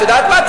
את יודעת מה?